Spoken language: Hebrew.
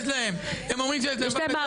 הם אומרים שיש להם.